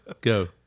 Go